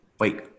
Wait